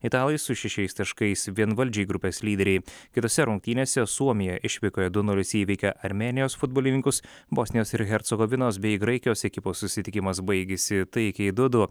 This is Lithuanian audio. italai su šešiais taškais vienvaldžiai grupės lyderiai kitose rungtynėse suomija išvykoje du nulis įveikė armėnijos futbolininkus bosnijos ir hercogovinos bei graikijos ekipų susitikimas baigėsi taikiai du du